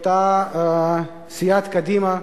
אותה סיעת קדימה,